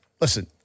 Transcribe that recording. listen